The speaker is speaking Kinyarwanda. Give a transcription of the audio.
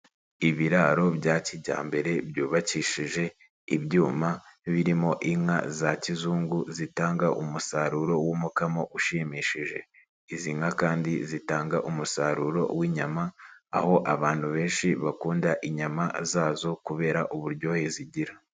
Ibiraro bya kijyambere byubakishije ibyuma, birimo inka za kizungu zitanga umusaruro w'umukamo ushimishije. Izi nka kandi zitanga umusaruro w'inyama, aho abantu benshi bakunda inyama zazo kubera uburyohe zigira.